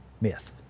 myth